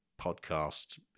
podcast